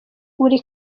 uri